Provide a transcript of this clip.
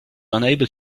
unable